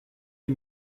les